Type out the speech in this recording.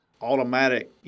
automatic